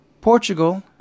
Portugal